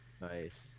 Nice